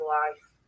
life